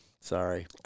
Sorry